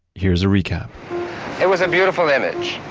here's a recap it was a beautiful image,